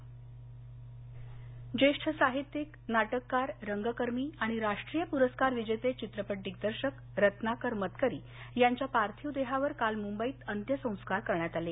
मतकरी निधन ज्येष्ठ साहित्यिक नाटककार रंगकर्मी आणि राष्ट्रीय पुरस्कार विजेते चित्रपट दिग्दर्शक रत्नाकर मतकरी यांच्या पार्थिव देहावर काल मुंबईत अंत्यसंस्कार करण्यात आले